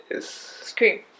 scream